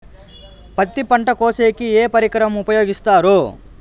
పత్తి పంట కోసేకి ఏ పరికరం ఉపయోగిస్తారు?